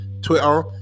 Twitter